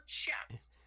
chest